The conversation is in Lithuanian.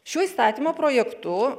šiuo įstatymo projektu